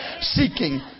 seeking